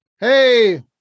Hey